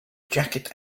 jacket